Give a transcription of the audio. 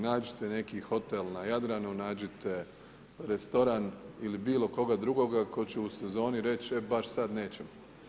Nađite neki hotel na Jadranu, nađite restoran ili bilo koga drugoga tko će u sezoni reći e baš sad neću.